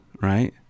right